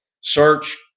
Search